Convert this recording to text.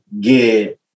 get